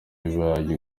bibaye